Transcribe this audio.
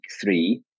three